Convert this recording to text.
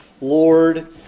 Lord